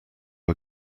are